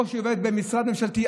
או עובדות במשרד ממשלתי,